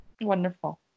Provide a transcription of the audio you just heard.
Wonderful